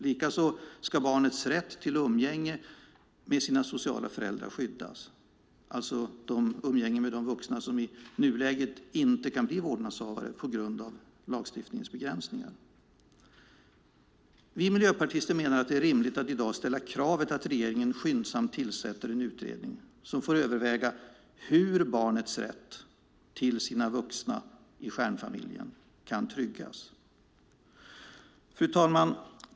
Likaså ska barns rätt till umgänge med sina sociala föräldrar skyddas, alltså umgänge med de vuxna som i nuläget inte kan bli vårdnadshavare på grund av lagstiftningens begränsningar. Vi miljöpartister menar att det är rimligt att i dag ställa kravet att regeringen skyndsamt tillsätter en utredning som får överväga hur barnets rätt till sina vuxna i stjärnfamiljen kan tryggas. Fru talman!